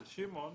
של שמעון,